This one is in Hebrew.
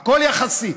הכול יחסית.